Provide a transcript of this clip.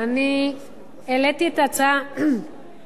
אני העליתי את ההצעה במאי